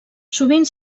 sovint